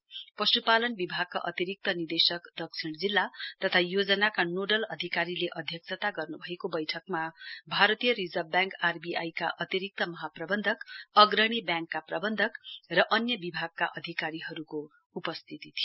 पश्पालन तथा पश्चिकित्सा सेवा विभागका अतिरिक्त निदेशक दक्षिण जिल्ला तथा योजनाका नोडल अधिकारीले अध्यक्षता गर्नुभएको बैठकमा भारतीय रिजर्व ब्याङ्क आरबीआइका अतिरिक्त महाप्रबन्धक अग्रणी ब्याङ्कका प्रबन्धक र अन्य विभागका अधिकारीहरूको उपस्थिति थियो